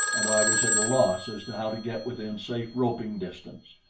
and i was at a loss as to how to get within safe roping-distance.